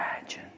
imagine